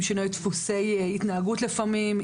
עם שינויי דפוסי התנהגות לפעמים,